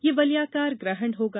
यह वलयाकार ग्रहण होगा